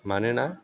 मानोना